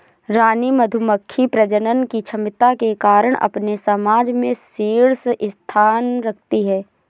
रानी मधुमक्खी प्रजनन की क्षमता के कारण अपने समाज में शीर्ष स्थान रखती है